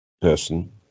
person